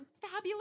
fabulous